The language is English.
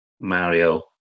Mario